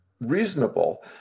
reasonable